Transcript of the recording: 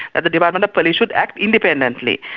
that the department of police should act independently.